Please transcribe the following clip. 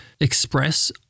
express